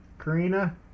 Karina